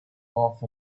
off